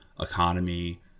economy